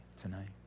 tonight